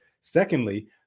Secondly